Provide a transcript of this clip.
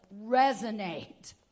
resonate